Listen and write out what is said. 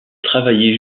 travaillé